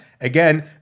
again